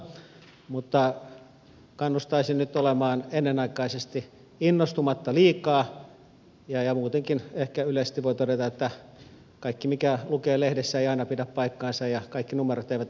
mutta kannustaisin nyt olemaan innostumatta ennenaikaisesti liikaa ja muutenkin ehkä yleisesti voi todeta että kaikki mikä lukee lehdessä ei aina pidä paikkaansa ja kaikki numerot eivät